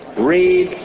Read